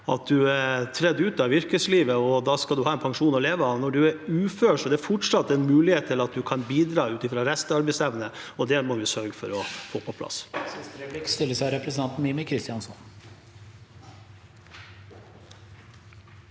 at man har trådt ut av yrkeslivet, og da skal man ha en pensjon å leve av. Når man er ufør, er det fortsatt en mulighet for at man kan bidra ut fra restarbeidsevne, og det må vi sørge for å få på plass.